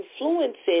influencing